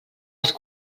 els